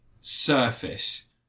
surface